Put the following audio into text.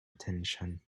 attention